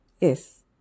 Yes